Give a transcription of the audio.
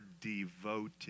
devoted